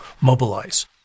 mobilize